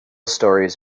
stories